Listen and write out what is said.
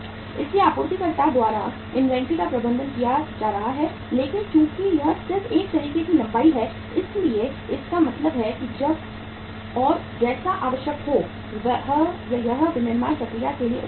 इसलिए आपूर्तिकर्ता द्वारा इनवेंटरी का प्रबंधन किया जा रहा है लेकिन चूंकि यह सिर्फ एक तरीके की लंबाई है इसलिए इसका मतलब है कि जब और जैसा आवश्यक हो यह विनिर्माण प्रक्रिया के लिए उपलब्ध हो